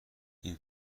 این